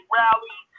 rally